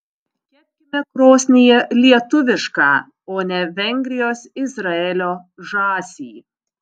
kepkime krosnyje lietuvišką o ne vengrijos izraelio žąsį